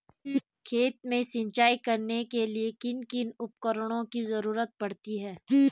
खेत में सिंचाई करने के लिए किन किन उपकरणों की जरूरत पड़ती है?